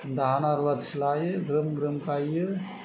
दाहोना रुवाथि लायो ग्रोम ग्रोम गायो